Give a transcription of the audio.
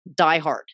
diehard